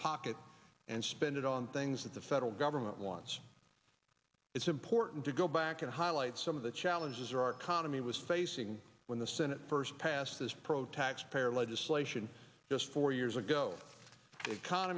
pocket and spend it on things that the federal government wants it's important to go back and highlight some of the challenges are our economy was facing when the senate first passed this pro tax payer legislation just four years ago the